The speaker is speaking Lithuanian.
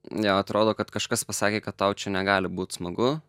neatrodo kad kažkas pasakė kad tau čia negali būt smagu